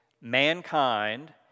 mankind